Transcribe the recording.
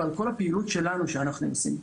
ועל כל הפעילות שאנחנו עושים.